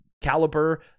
caliber